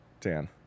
Dan